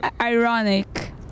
ironic